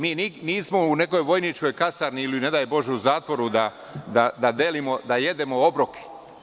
Mi nismo u nekoj vojničkoj kasarni ili, ne daj bože, u zatvoru da jedemo obroke.